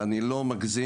אני לא מגזים,